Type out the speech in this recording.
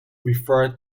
referred